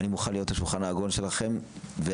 אני מוכן להיות השולחן העגול שלכם והמתכלל,